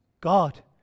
God